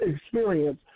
experience